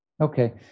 Okay